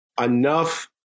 enough